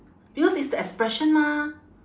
because it's the expression mah